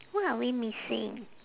what are we missing